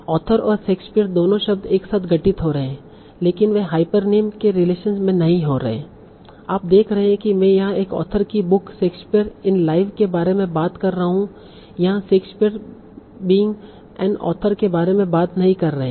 author और Shakespeare दोनों शब्द एक साथ घटित हो रहे हैं लेकिन वे हाइपरनिम के रिलेशन में नहीं हो रहे हैं आप देख रहे हैं मैं यहां एक ऑथर की बुक शेक्सपियर इन लाइव के बारे में बात कर रहा हूं यहाँ शेक्सपियर बीइंग एन ऑथर के बारे में बात नहीं कर रहे है